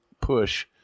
push